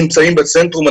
נמצאים בצנטרום.